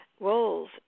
Roles